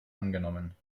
angenommen